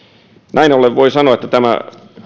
näin ollen voi sanoa että tämä